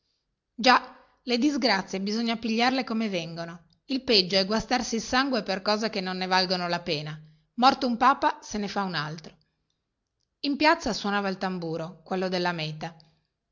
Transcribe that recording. già le disgrazie bisogna pigliarle come vengono e il peggio è guastarsi il sangue per cose che non ne valgono la pena morto un papa se ne fa un altro